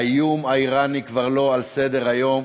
האיום האיראני כבר לא על סדר-היום.